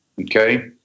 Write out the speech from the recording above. Okay